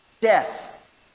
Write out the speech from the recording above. Death